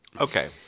Okay